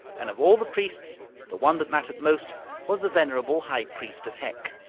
and of all the priests the one that mattered most was the venerable high priest of hec.